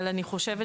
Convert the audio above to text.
אבל אני חושבת,